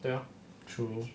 对 ya true